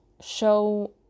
show